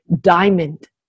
diamond